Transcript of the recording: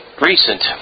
recent